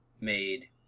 made